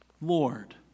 Lord